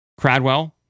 Cradwell